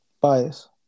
Bias